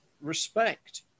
respect